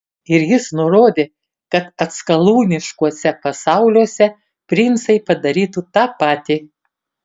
ir jis nurodė kad atskalūniškuose pasauliuose princai padarytų tą patį